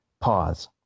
pause